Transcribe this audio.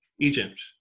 Egypt